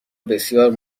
بسیار